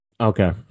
Okay